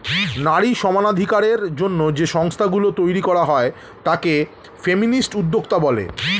নারী সমানাধিকারের জন্য যে সংস্থা গুলো তৈরী করা হয় তাকে ফেমিনিস্ট উদ্যোক্তা বলে